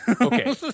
Okay